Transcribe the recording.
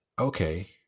okay